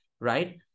right